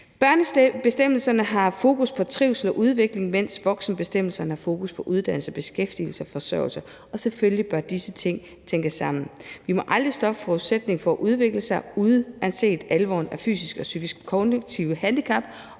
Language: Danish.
Børnebestemmelserne har fokus på trivsel og udvikling, mens voksenbestemmelserne har fokus på uddannelse, beskæftigelse og forsørgelse, og selvfølgelig bør disse ting tænkes sammen. Vi må aldrig stoppe forudsætningen for at udvikle sig uanset alvoren af fysisk og psykisk-kognitive handicap,